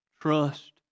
trust